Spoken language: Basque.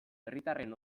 herritarraren